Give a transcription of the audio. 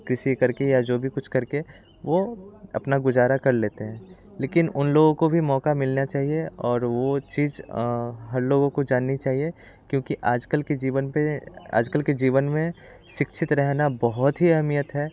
कृषि करके या जो भी कुछ करके वो अपना गुजारा कर लेते हैं लेकिन उन लोगों को भी मौका मिलना चाहिए और वो चीज हर लोग को जाननी चाहिए क्योंकि आजकल के जीवन पे आजकल के जीवन में शिक्षित रहना बहुत ही अहमियत है